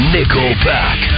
Nickelback